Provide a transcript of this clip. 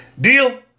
Deal